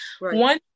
one